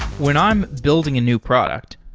when i'm building a new product,